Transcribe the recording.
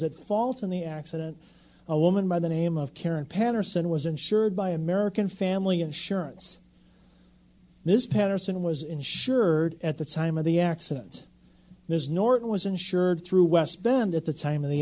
at fault in the accident a woman by the name of karen patterson was insured by american family insurance this patterson was insured at the time of the accident ms norton was insured through west bend at the time of the